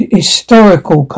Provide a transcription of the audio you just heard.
historical